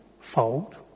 fold